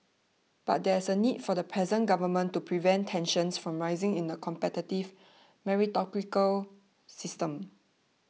but there is a need for the present Government to prevent tensions from rising in the competitive meritocratic system